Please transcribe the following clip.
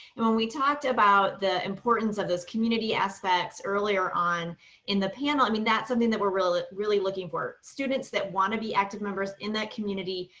and when we talked about the importance of this community aspects earlier on in the panel, i mean, that's something that we're really really looking for students that want to be active members in that community,